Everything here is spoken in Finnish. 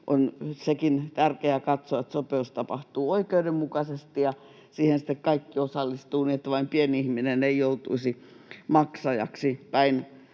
tärkeä katsoa, että sopeutus tapahtuu oikeudenmukaisesti ja siihen kaikki osallistuvat niin, että vain pieni ihminen ei joutuisi maksajaksi,